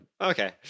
Okay